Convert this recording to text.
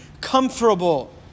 comfortable